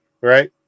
Right